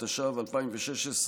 התשע"ו 2016,